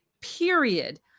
period